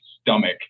stomach